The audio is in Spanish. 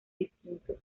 distintos